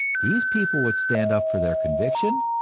these people would stand up for their conviction,